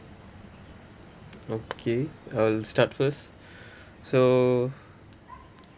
okay I'll start first so